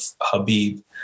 Habib